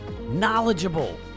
knowledgeable